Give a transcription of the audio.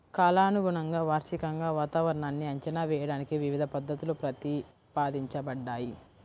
కాలానుగుణంగా, వార్షికంగా వాతావరణాన్ని అంచనా వేయడానికి వివిధ పద్ధతులు ప్రతిపాదించబడ్డాయి